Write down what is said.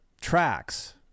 tracks